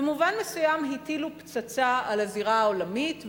במובן מסוים הם הטילו פצצה על הזירה העולמית,